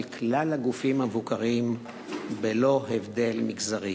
כלל הגופים המבוקרים בלא הבדל מגזרי.